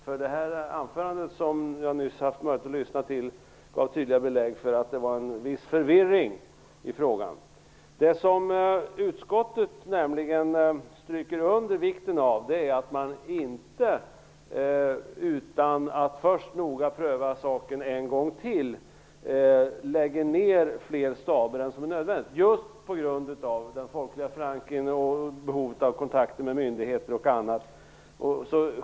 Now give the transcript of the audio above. Det anförande som jag har haft möjlighet att lyssna till gav tydliga belägg för att det råder en viss förvirring i frågan. Utskottet stryker under vikten av att man inte utan att först noga pröva saken en gång till skall lägga ned fler staber än nödvändigt, just på grund av den folkliga förankringen och behovet av kontakter med myndigheter och andra.